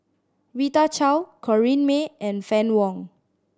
Rita Chao Corrinne May and Fann Wong